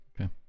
Okay